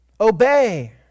Obey